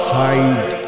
hide